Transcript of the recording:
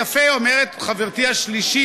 יפה אומרת חברתי השלישית,